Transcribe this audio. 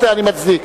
אני מצדיק,